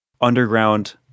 underground